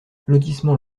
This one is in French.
lotissement